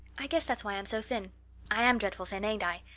i guess that's why i'm so thin i am dreadful thin, ain't i?